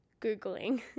Googling